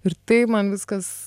ir taip man viskas